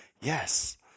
Yes